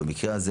ובמקרה הזה,